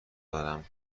دارم